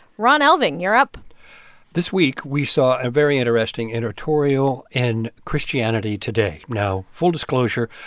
ron elving, you're up this week we saw a very interesting editorial in christianity today. now, full disclosure,